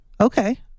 okay